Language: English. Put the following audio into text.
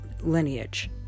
lineage